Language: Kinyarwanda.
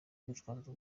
urwitwazo